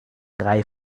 drei